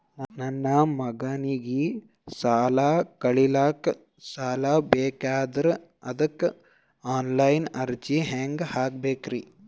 ನನ್ನ ಮಗನಿಗಿ ಸಾಲಿ ಕಲಿಲಕ್ಕ ಸಾಲ ಬೇಕಾಗ್ಯದ್ರಿ ಅದಕ್ಕ ಆನ್ ಲೈನ್ ಅರ್ಜಿ ಹೆಂಗ ಹಾಕಬೇಕ್ರಿ?